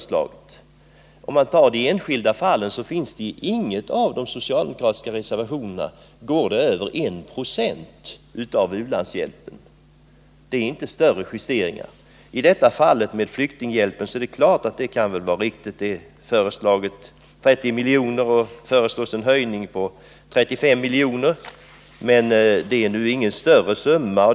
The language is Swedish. Ser man på de enskilda fallen kan man konstatera att summan i ingen av de socialdemokratiska reservationerna överstiger 1 90 av u-landshjälpen. Justeringarna är inte större. När det gäller flyktinghjälpen har det ju föreslagits en höjning med 5 milj.kr. till 35 milj.kr., och det kan väl vara motiverat. Det är ju ingen större summa.